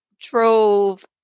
drove